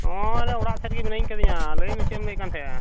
ᱱᱚᱜᱼᱚᱭ ᱚᱲᱟᱜ ᱥᱮᱫ ᱨᱮᱜᱮ ᱢᱮᱱᱟᱜ ᱟᱠᱟᱫᱤᱧᱟᱹ ᱞᱟᱹᱭ ᱢᱮ ᱪᱮᱫ ᱮᱢ ᱞᱟᱹᱭᱮᱫ ᱠᱟᱱ ᱛᱟᱦᱮᱸᱫᱼᱟ